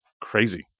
crazy